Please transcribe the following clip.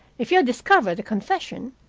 if you had discovered the confession,